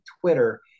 Twitter